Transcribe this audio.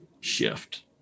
shift